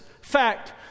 fact